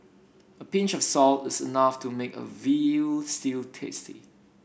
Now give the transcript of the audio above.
a pinch of salt is enough to make a veal stew tasty